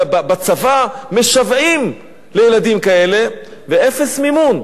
בצבא משוועים לילדים כאלה, ואפס מימון.